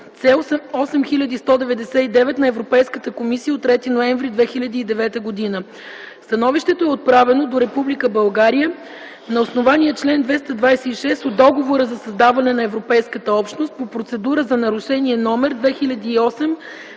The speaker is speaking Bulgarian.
С 8199 на Европейската комисия от 3 ноември 2009 г. Становището е отправено до Република България на основание чл. 226 от Договора за създаване на Европейската общност по процедура за нарушение № 2008/4906